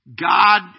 God